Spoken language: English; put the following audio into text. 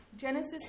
Genesis